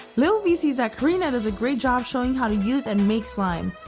little vee sees that karina does a great job showing how to use and make slime,